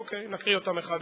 אוקיי, נקריא אותם אחד-אחד.